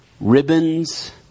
ribbons